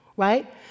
right